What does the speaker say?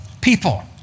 people